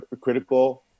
critical